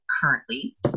currently